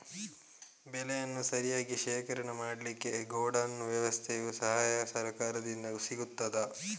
ಬೆಳೆಯನ್ನು ಸರಿಯಾಗಿ ಶೇಖರಣೆ ಮಾಡಲಿಕ್ಕೆ ಗೋಡೌನ್ ವ್ಯವಸ್ಥೆಯ ಸಹಾಯ ಸರಕಾರದಿಂದ ಸಿಗುತ್ತದಾ?